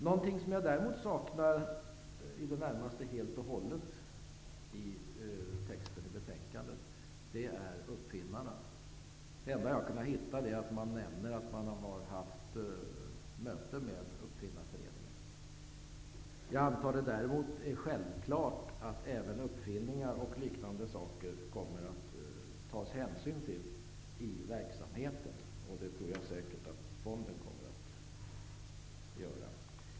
Något som jag däremot i det närmaste saknar helt och hållet i betänkandet är uppfinnarna. Det enda som jag har kunnat hitta är att man nämner att man har haft möte med Uppfinnarföreningen. Jag antar däremot att det är självklart att man kommer att ta hänsyn även till uppfinningar och liknande ting i verksamheten. Det tror jag säkert att fonden kommer att göra.